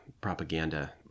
propaganda